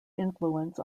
influence